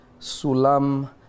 sulam